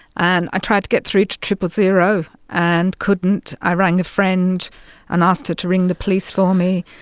and i tried to get through to triple zero and couldn't. i rang a friend and asked her to ring the police for me.